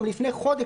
גם מלפני חודש,